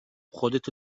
خودتو